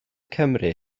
cymru